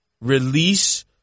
release